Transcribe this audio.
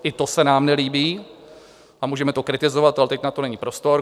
I to se nám nelíbí a můžeme to kritizovat, ale teď na to není prostor.